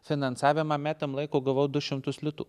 finansavimą metam laiko gavau du šimtus litų